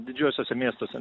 didžiuosiuose miestuose